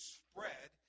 spread